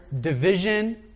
division